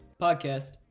Podcast